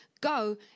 Go